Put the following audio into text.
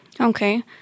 Okay